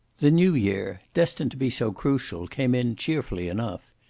the new-year, destined to be so crucial, came in cheerfully enough.